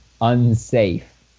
unsafe